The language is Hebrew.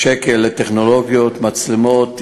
שקל לטכנולוגיות מצלמות,